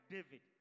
David